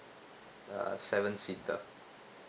uh seven seater